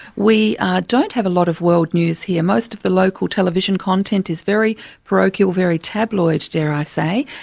we don't have a lot of world news here. most of the local television content is very parochial, very tabloid, dare i say,